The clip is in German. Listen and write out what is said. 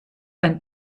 ein